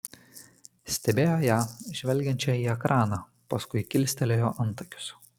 stebėjo ją žvelgiančią į ekraną paskui kilstelėjo antakius